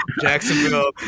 Jacksonville